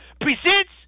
presents